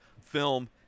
film